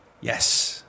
Yes